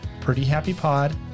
prettyhappypod